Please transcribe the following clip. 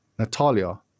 Natalia